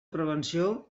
prevenció